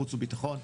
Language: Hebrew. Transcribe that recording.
חוץ וביטחון,